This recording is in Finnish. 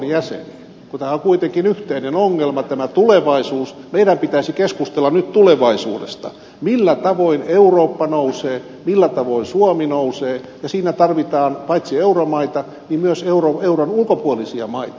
tämä on kuitenkin yhteinen ongelma tämä tulevaisuus meidän pitäisi keskustella nyt tulevaisuudesta millä tavoin eurooppa nousee millä tavoin suomi nousee ja siinä tarvitaan paitsi euromaita myös euron ulkopuolisia maita